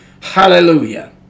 Hallelujah